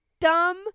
dumb